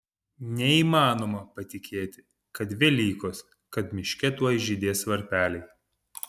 neįmanoma patikėti kad velykos kad miške tuoj žydės varpeliai